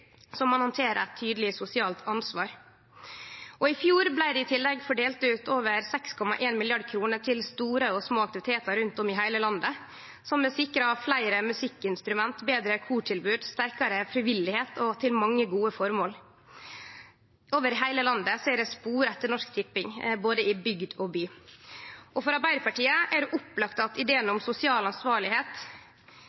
som ein handterer eit tydeleg sosialt ansvar. I fjor blei det i tillegg delt ut over 6,1 mrd. kr til store og små aktivitetar rundt om i heile landet, noko som har sikra fleire musikkinstrument, betre kortilbod, sterkare frivilligheit, og det har gått til mange gode føremål. Over heile landet er det spor etter Norsk Tipping, i både bygd og by. For Arbeidarpartiet er det opplagt at ideen